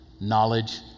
Knowledge